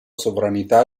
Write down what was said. sovranità